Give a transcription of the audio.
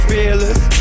Fearless